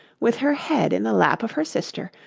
with her head in the lap of her sister,